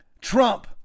Trump